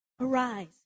Arise